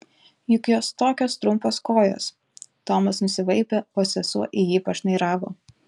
juk jos tokios trumpos kojos tomas nusivaipė o sesuo į jį pašnairavo